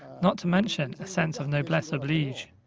not to mention a sense of noblesse oblige.